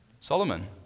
Solomon